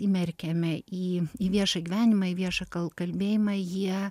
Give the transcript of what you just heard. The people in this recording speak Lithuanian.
įmerkiame į į viešą gyvenimą į viešą kalbėjimą jie